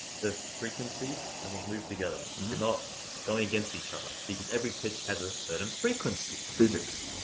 the frequencies, i think move together. they're not going against each other because every pitch has a certain frequency. physics.